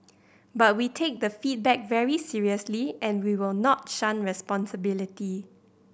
but we take the feedback very seriously and we will not shun responsibility